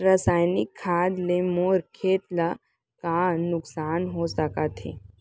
रसायनिक खाद ले मोर खेत ला का नुकसान हो सकत हे?